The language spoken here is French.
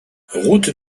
route